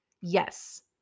Yes